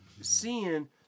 seeing